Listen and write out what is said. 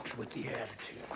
with the attitude, huh?